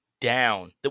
down